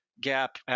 gap